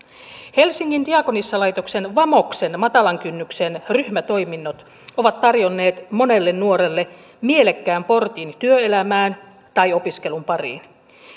helsingin diakonissalaitoksen vamoksen matalan kynnyksen ryhmätoiminnot ovat tarjonneet monelle nuorelle mielekkään portin työelämään tai opiskelun pariin